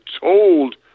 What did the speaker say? told